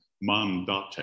mandate